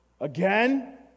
again